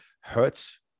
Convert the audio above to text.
hurts